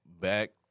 back